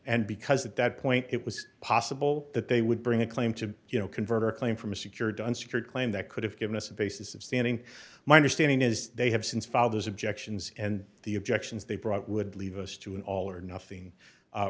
and because at that point it was possible that they would bring a claim to you know convert or claim from a secured unsecured claim that could have given us a basis of standing my understanding is they have since father's objections and the objections they brought would leave us to an all or nothing